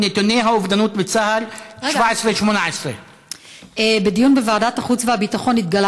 נתוני האובדנות בצה"ל 2017 2018. בדיון בוועדת החוץ והביטחון התגלה